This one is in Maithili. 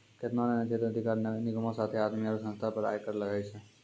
केतना ने क्षेत्राधिकार निगमो साथे आदमी आरु संस्था पे आय कर लागै छै